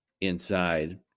inside